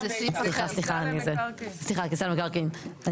סליחה סליחה כניסה למקרקעין אני